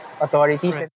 authorities